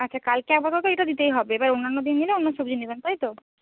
আচ্ছা কালকে আপাতত এটা দিতেই হবে এবার অন্যান্য দিন নিলে অন্য সবজি নেবেন তাই তো